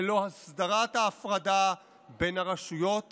ללא הסדרת ההפרדה בין הרשויות